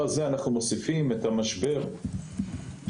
שאנחנו קוראים להידברות ולהגיע לרפורמה בהסכמה